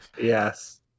Yes